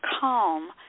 calm